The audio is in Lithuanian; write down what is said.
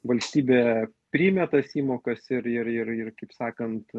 valstybė priėmė tas įmokas ir ir ir ir kaip sakant